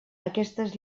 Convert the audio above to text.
aquestes